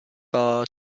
bar